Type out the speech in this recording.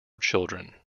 children